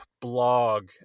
blog